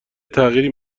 تغییر